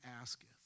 asketh